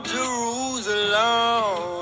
Jerusalem